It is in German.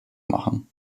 machen